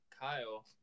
kyle